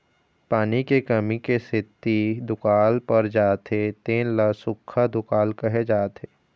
पानी के कमी क सेती दुकाल पर जाथे तेन ल सुक्खा दुकाल कहे जाथे